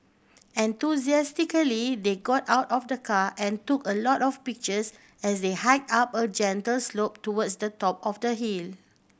enthusiastically they got out of the car and took a lot of pictures as they hike up a gentle slope towards the top of the hill